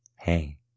Hey